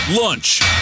lunch